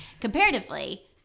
comparatively